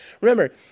Remember